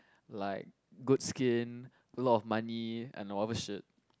like good skin a lot of money and whatever shit